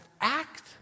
act